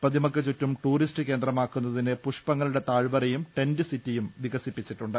പ്രതിമക്കു ചുറ്റും ടൂറിസ്റ്റ് കേന്ദ്രമാക്കുന്നതിന് പുഷ്പങ്ങളുടെ താഴ്വരയും ടെന്റ് സിറ്റിയും വികസിപ്പിച്ചിട്ടുണ്ട്